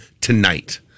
tonight